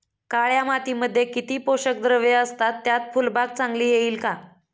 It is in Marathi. काळ्या मातीमध्ये किती पोषक द्रव्ये असतात, त्यात फुलबाग चांगली येईल का?